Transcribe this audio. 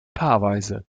paarweise